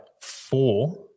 four